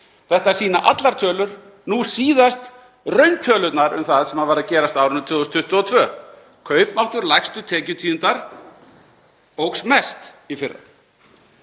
Þetta sýna allar tölur, nú síðast rauntölurnar um það sem var að gerast á árinu 2022. Kaupmáttur lægstu tekjutíundar óx mest í fyrra.